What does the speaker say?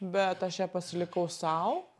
bet aš ją pasilikau sau